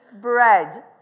bread